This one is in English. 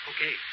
Okay